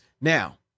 Now